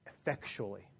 effectually